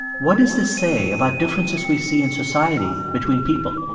what does this say about differences we see in society between people?